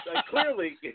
Clearly